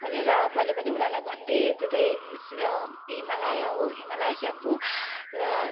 भने र मैले पनि उनीहरूलाई भनिदिएँ त तै हिमालया हो हिमालया सेम्पू र